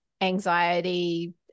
anxiety